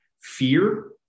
fear